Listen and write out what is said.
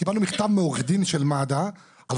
קיבלנו מכתב מעורך הדין של מד"א על